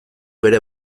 bere